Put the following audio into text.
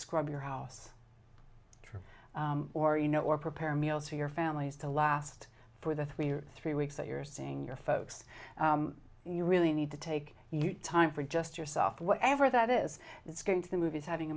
scrub your house trip or you know or prepare meals for your families to last for the three or three weeks that you're seeing your folks you really need to take you time for just yourself whatever that is it's going to the movies having a